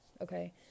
Okay